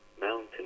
mountain